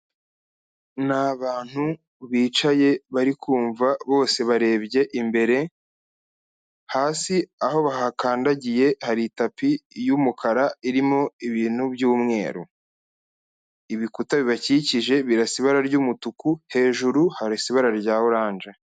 Ni abantu bicaye bari kumva bose barebye imbere, hasi aho bakandagiye hari itapi y'umukara irimo ibintu by'umweru, ibikuta bibakikije birasa ibara ry'umutuku, hejuru harasa ibara rya oranje.